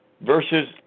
versus